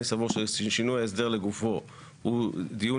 אני סבור ששינוי ההסדר לגופו הוא דיון